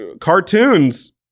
cartoons